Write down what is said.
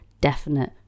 definite